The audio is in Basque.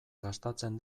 gastatzen